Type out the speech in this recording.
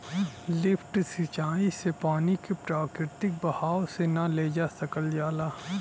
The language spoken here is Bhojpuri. लिफ्ट सिंचाई से पानी के प्राकृतिक बहाव से ना ले जा सकल जाला